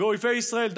באויבי ישראל,